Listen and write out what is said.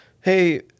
hey